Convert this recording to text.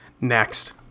Next